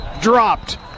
dropped